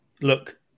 Look